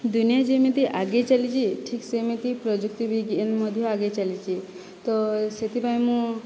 ଦୁନିଆଁ ଯେମିତି ଆଗେଇ ଚାଲିଛି ଠିକ୍ ସେମିତି ପ୍ରଯୁକ୍ତି ବିଜ୍ଞାନ ମଧ୍ୟ ଆଗେଇ ଚାଲିଛି ତ ସେଥିପାଇଁ ମୁଁ